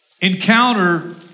encounter